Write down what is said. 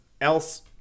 else